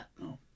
No